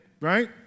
right